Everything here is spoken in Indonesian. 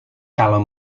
kalau